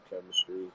chemistry